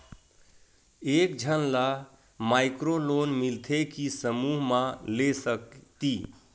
एक झन ला माइक्रो लोन मिलथे कि समूह मा ले सकती?